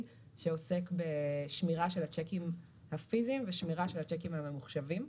שעוסק בשמירה של השיקים הפיזיים ושמירה של השיקים הממוחשבים.